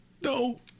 No